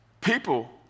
People